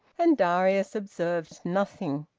and darius observed nothing.